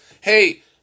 hey